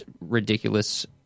ridiculous